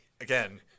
Again